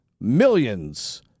millions